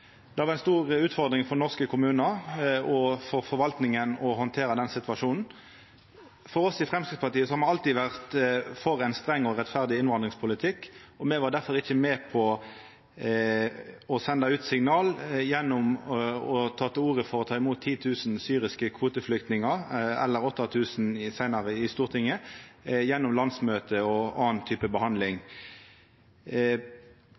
Det var ei stor utfordring for norske kommunar og for forvaltninga å handtera den situasjonen. I Framstegspartiet har me alltid vore for ein streng og rettferdig innvandringspolitikk, og me var difor ikkje med på å senda ut signal gjennom å ta til orde for å ta imot 10 000 syriske kvoteflyktningar – eller 8 000, seinare i Stortinget – gjennom landsmøte og andre typar behandling.